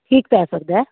ਠੀਕ ਪੈ ਸਕਦਾ